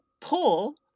pull